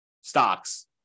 stocks